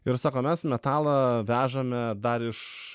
ir sako mes metalą vežame dar iš